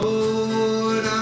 Lord